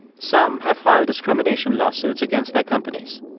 some have filed discrimination lawsuits against their companies.